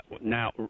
Now